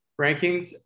rankings